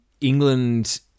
England